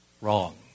wrong